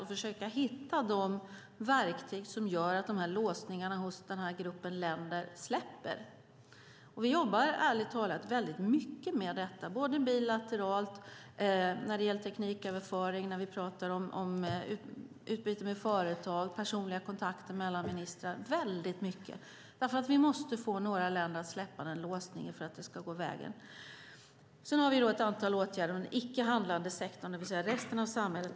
Vi försöker hitta de verktyg som gör att låsningarna hos denna grupp av länder släpper. Vi jobbar ärligt talat väldigt mycket med detta - bilateralt, när det gäller tekniköverföring, när vi pratar om utbyte med företag och i personliga kontakter mellan ministrar. Vi måste få några länder att släppa den låsningen för att det ska gå vägen. Den andra delen av klimatåtgärderna gäller den icke-handlande sektorn, där vi har ett antal åtgärder.